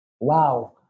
Wow